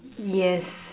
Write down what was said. yes